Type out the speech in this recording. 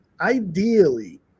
ideally